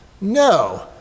No